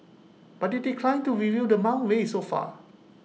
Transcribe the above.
but IT declined to reveal the amount raised so far